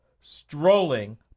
strolling